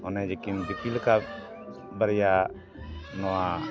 ᱚᱱᱮ ᱡᱮᱠᱤᱱ ᱫᱤᱯᱤᱞ ᱟᱠᱟᱫ ᱵᱟᱨᱭᱟ ᱱᱚᱣᱟ